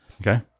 Okay